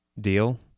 deal